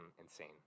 insane